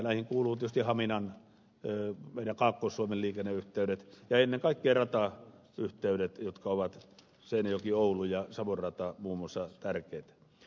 näihin kuuluvat tietysti haminan meidän kaakkois suomen liikenneyhteydet ja ennen kaikkea ratayhteydet jotka ovat tärkeitä seinäjokioulu ja savon rata muun muassa